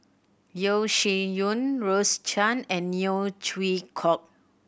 Yeo Shih Yun Rose Chan and Neo Chwee Kok